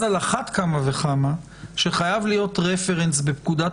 ואז על אחת כמה וכמה חייב להיות רפרנס בפקודת